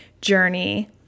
Journey